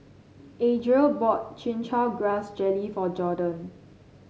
Adriel bought Chin Chow Grass Jelly for Jorden